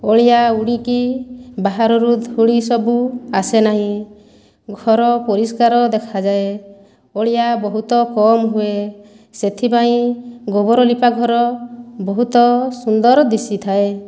ଅଳିଆ ଉଡ଼ିକି ବାହାରରୁ ଧୂଳି ସବୁ ଆସେ ନାହିଁ ଘର ପରିଷ୍କାର ଦେଖାଯାଏ ଅଳିଆ ବହୁତ କମ୍ ହୁଏ ସେଥିପାଇଁ ଗୋବର ଲିପା ଘର ବହୁତ ସୁନ୍ଦର ଦିଶିଥାଏ